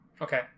Okay